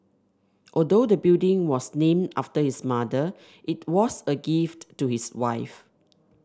although the building was named after his mother it was a gift to his wife